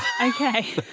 Okay